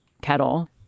kettle